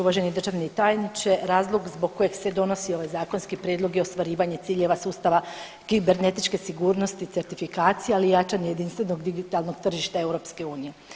Uvaženi državni tajniče razlog zbog kojeg se donosi ovaj zakonski prijedlog je ostvarivanje ciljeva sustava kibernetičke sigurnosti certifikacije, ali i jačanje jedinstvenog digitalnog tržišta EU.